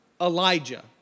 Elijah